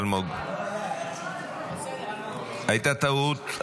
הייתה טעות.